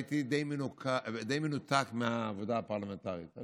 והייתי די מנותק מהעבודה הפרלמנטרית.